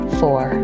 four